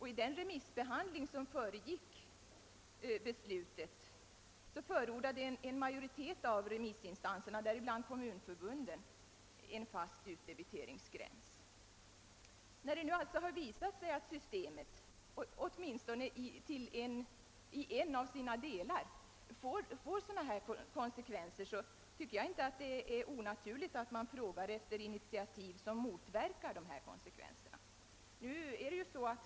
I den remissbehandling som föregick beslutet förordade en majoritet av remissinstanserna, däribland kommunförbunden, en fast utdebiteringsgräns. Med hänsyn till att det nu visat sig att systemet åtminstone i en av sina delar lett till de konsekvenser som vi förutsett tycker jag inte att det är omotiverat att fråga efter iniativ som motverkar dessa.